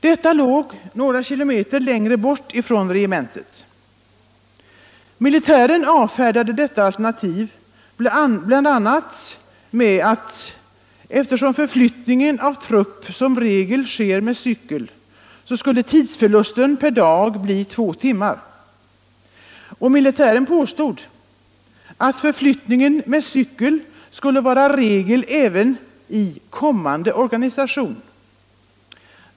Detta låg några kilometer längre bort från regementet. Militären avfärdade detta alternativ bl.a. med att eftersom förflyttning av trupp som regel sker med cykel, så skulle tidsförlusten per dag bli två timmar. Militären påstod att förflyttning med cykel skulle vara regel även i ”kommande organisation”.